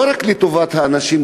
לא רק לטובת האנשים,